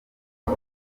aho